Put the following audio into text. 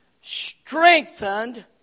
strengthened